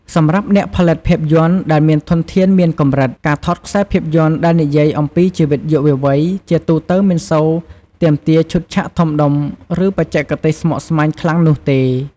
សម្រាប់អ្នកផលិតភាពយន្តដែលមានធនធានមានកម្រិត ការថតខ្សែភាពយន្តដែលនិយាយអំពីជីវិតយុវវ័យ ជាទូទៅមិនសូវទាមទារឈុតឆាកធំដុំ ឬបច្ចេកទេសស្មុគស្មាញខ្លាំងនោះទេ។